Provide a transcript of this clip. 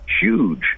huge